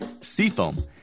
seafoam